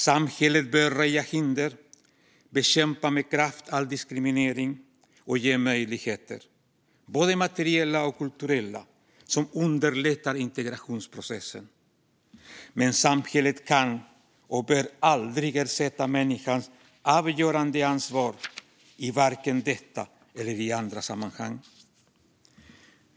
Samhället bör röja hinder, med kraft bekämpa all diskriminering och ge möjligheter, både materiella och kulturella, som underlättar integrationsprocessen. Men samhället kan och bör aldrig ersätta människans avgörande ansvar vare sig i detta eller andra sammanhang.